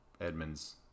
Edmonds